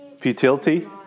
Futility